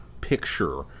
picture